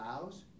allows